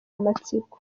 amatsiko